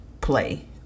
play